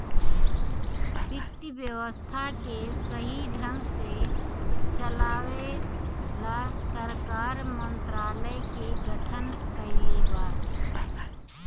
वित्त व्यवस्था के सही ढंग से चलाये ला सरकार मंत्रालय के गठन कइले बा